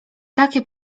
takie